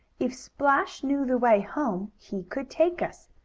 if splash knew the way home he could take us.